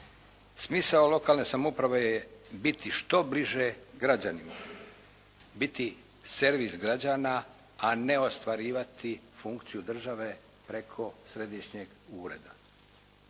Smisao lokalne samouprave je biti što bliže građanima, biti servis građana, a ne ostvarivati funkciju države preko središnjeg ureda.